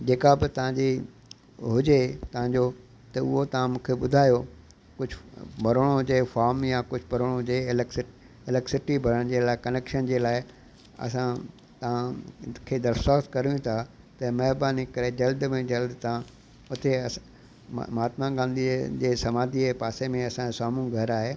जेका बि तव्हांजी हुजे तव्हांजो त उहो तव्हां मूंखे ॿुधायो कुझु भरिणो हुजे फॉम या कुझु भरिणो हुजे इलैक्स इलैक्सिटी भरण जे लाइ कनैक्शन जे लाइ असां तव्हां खे दरख़्वास्त कयूं था त महिरबानी करे जल्द में जल्द तां हुते महात्मा गांधीअ जे समाधि जे पासे में असांजो साम्हूं घरु आहे